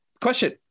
Question